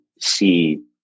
see